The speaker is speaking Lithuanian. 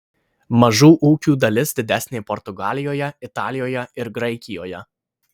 mažų ūkių dalis didesnė portugalijoje italijoje ir graikijoje